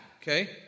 Okay